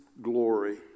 glory